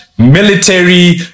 military